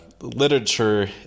literature